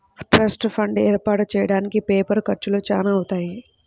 trust fund ఏర్పాటు చెయ్యడానికి paper ఖర్చులు చానా అవుతాయి